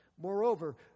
Moreover